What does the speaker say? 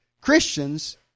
Christians